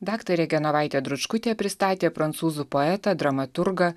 daktarė genovaitė dručkutė pristatė prancūzų poetą dramaturgą